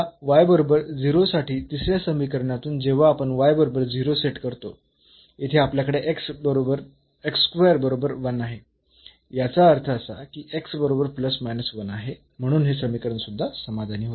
आता या बरोबर साठी तिसऱ्या समीकरणातून जेव्हा आपण बरोबर सेट करतो येथे आपल्याकडे बरोबर 1 आहे याचा अर्थ असा की बरोबर आहे म्हणून हे समीकरण सुद्धा समाधानी होते